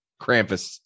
Krampus